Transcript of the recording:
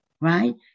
right